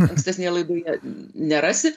ankstesnėje laidoje nerasi